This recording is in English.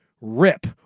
rip